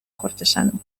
cortesano